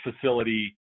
facility